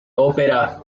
ópera